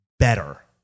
better